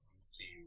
see